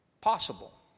possible